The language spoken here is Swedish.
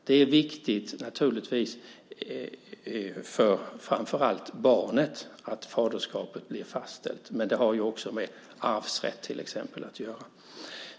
Det är naturligtvis viktigt framför allt för barnet att faderskapet blir fastställt, men det har också med till exempel arvsrätt att göra.